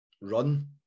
run